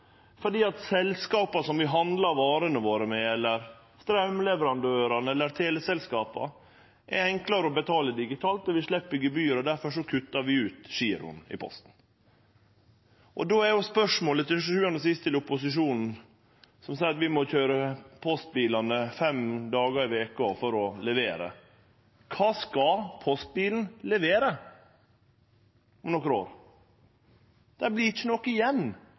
fordi selskapa som vi handlar varene våre hos, eller straumleverandørane eller teleselskapa, er enklare å betale til digitalt, og vi slepp gebyr. Difor kuttar vi ut giroen i Posten. Då er spørsmålet til sjuande og sist, til opposisjonen som seier at vi må køyre postbilane fem dagar i veka for å levere: Kva skal postbilen levere om nokre år? Det vert ikkje noko igjen, berre tomme postbilar køyrande rundt i Distrikts-Noreg, utan post å levere. Dei